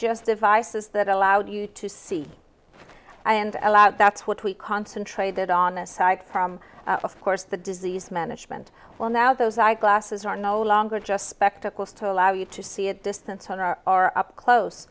just devices that allowed you to see and that's what we concentrated on aside from of course the disease management well now those eye glasses are no longer just spectacles to allow you to see it distance on our or up close